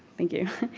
thank you.